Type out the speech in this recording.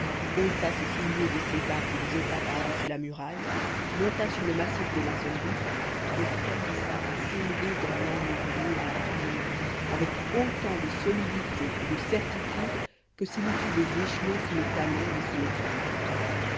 ôta ses souliers et ses bas qu'il jeta par-dessus la muraille monta sur le massif de maçonnerie et commença à s'élever dans l'angle du mur et du pignon avec autant de solidité et de certitude que s'il eût eu des échelons sous les talons et sous les coudes